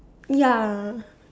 ya